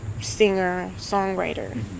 singer-songwriter